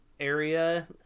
area